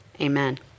Amen